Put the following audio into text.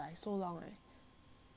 also never get ass